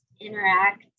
interact